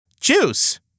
Juice